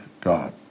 God